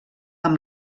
amb